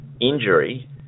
injury